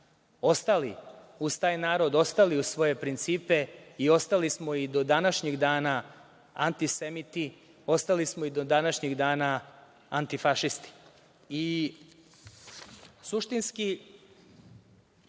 ostali uz taj narod, ostali uz svoje principe i ostali smo i do današnjeg dana antisemiti, ostali smo i do današnjih dana antifašisti. Suštinski